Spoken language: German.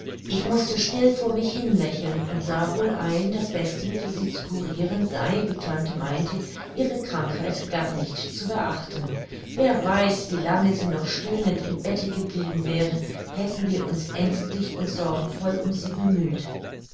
ich mußte still vor mich hin lächeln und sah wohl ein das beste mittel sie zu kuriren sei wie tante meinte ihre krankheit gar nicht zu beachten wer weiß wie lange sie noch stöhnend im bette geblieben wäre hätten wir uns ängstlich und sorgenvoll um sie bemüht